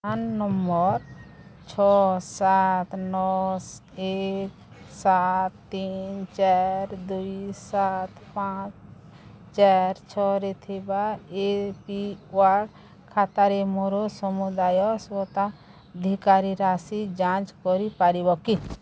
PRAN number ଛଅ ସାତ ନଅ ଏକ ସାତ ତିନି ଚାରି ଦୁଇ ସାତ ପାଞ୍ଚ ଚାରି ଛଅ ଥିବା ଏ ପି ୱାଇ ଖାତାରେ ମୋର ସମୁଦାୟ ସ୍ୱତ୍ୱାଧିକାର ରାଶି ଯାଞ୍ଚ କରିପାରିବ କି